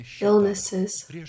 illnesses